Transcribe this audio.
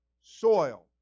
soil